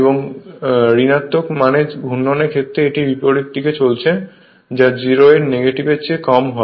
এবং ঋণাত্মক মানের ঘূর্ণন ক্ষেত্রের এটি বিপরীত দিকে চলছে যা 0 এর নেগেটিভ এর চেয়ে কম হয়